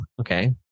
Okay